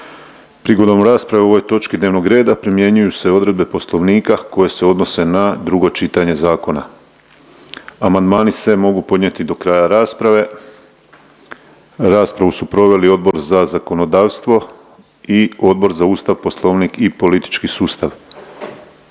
Prigodom rasprave o ovoj točki dnevnog reda primjenjuju se odredbe Poslovnika koje se odnose na drugo čitanje zakona. Amandmani se mogu podnijeti do kraja rasprave. Raspravu su proveli Odbor za zakonodavstvo, Odbor za obitelj, mlade i sport, Odbor